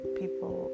people